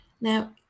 Now